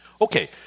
Okay